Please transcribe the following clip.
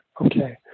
Okay